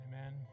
Amen